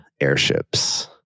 airships